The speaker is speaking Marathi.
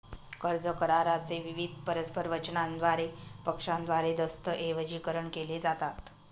कर्ज करारा चे विविध परस्पर वचनांद्वारे पक्षांद्वारे दस्तऐवजीकरण केले जातात